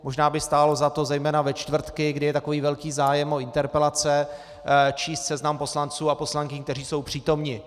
Možná by stálo za to, zejména ve čtvrtky, kdy je takový velký zájem o interpelace, číst seznam poslanců a poslankyň, kteří jsou přítomni.